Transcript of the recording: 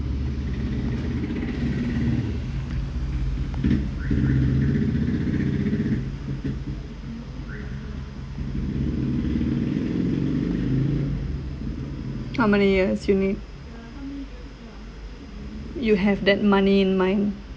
how many years you need you have that money in mind